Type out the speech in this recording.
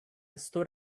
stood